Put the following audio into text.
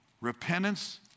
Repentance